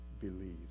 believe